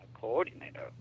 coordinator